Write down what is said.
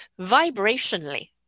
Vibrationally